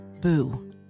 Boo